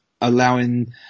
allowing